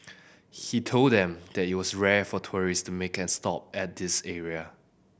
he told them that it was rare for tourist to make a stop at this area